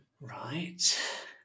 right